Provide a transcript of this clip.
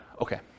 Okay